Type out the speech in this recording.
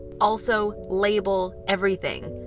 also, label everything.